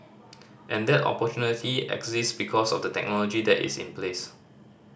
and that opportunity exists because of the technology that is in place